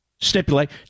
stipulate